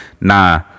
nah